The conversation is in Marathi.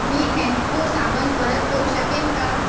मी हेन्को साबण परत करू शकेन का